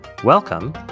Welcome